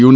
you